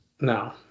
No